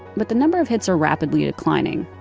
but the number of hits are rapidly declining.